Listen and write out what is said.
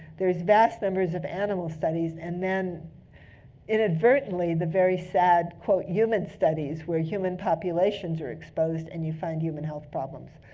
there's vast numbers of animal studies, and then inadvertently, the very sad, quote, human studies where human populations are exposed and you find human health problems.